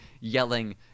yelling